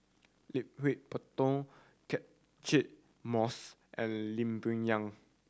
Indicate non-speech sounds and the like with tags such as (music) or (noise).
(unintelligible) Catchick Moses and Lee Boon Yang